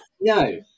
No